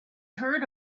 heard